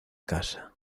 casa